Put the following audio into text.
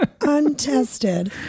untested